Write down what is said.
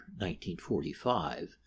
1945